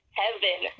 heaven